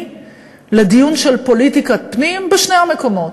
לדיון של פוליטיקת פנים בשני המקומות: